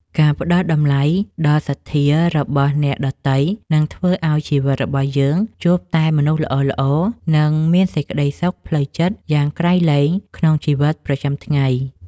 ការផ្តល់តម្លៃដល់សទ្ធារបស់អ្នកដទៃនឹងធ្វើឱ្យជីវិតរបស់យើងជួបតែមនុស្សល្អៗ និងមានសេចក្តីសុខផ្លូវចិត្តយ៉ាងក្រៃលែងក្នុងជីវិតប្រចាំថ្ងៃ។